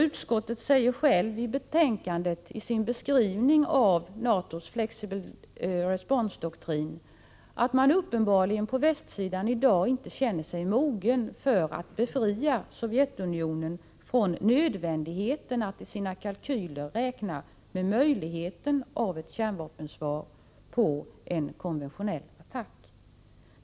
Utskottet säger i betänkandet i sin beskrivning av NATO:s flexible response-doktrin att man uppenbarligen på västsidan i dag inte känner sig mogen att befria Sovjetunionen från nödvändigheten att i sina kalkyler räkna med möjligheten av ett kärnvapensvar på en konventionell attack.